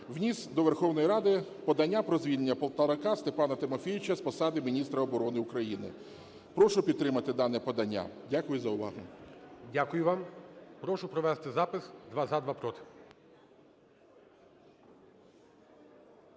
вніс до Верховної Ради подання про звільнення Полторака Степана Тимофійовича з посади міністра оборони України. Прошу підтримати дане подання. Дякую за увагу. ГОЛОВУЮЧИЙ. Дякую вам. Прошу провести запис: два – за, два – проти.